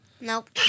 Nope